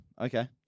Okay